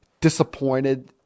disappointed